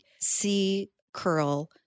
C-curl